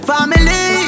Family